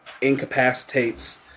incapacitates